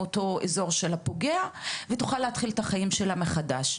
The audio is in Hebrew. מן האזור של הפוגע ותוכל להתחיל את החיים שלה מחדש.